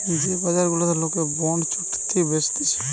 যে বাজার গুলাতে লোকে বন্ড বা চুক্তি বেচতিছে